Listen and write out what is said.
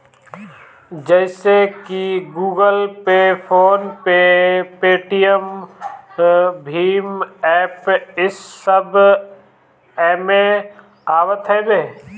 जइसे की Google Pay, PhonePe, Paytm भीम एप्प इस सब एमे आवत हवे